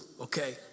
okay